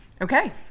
Okay